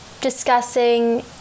discussing